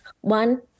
one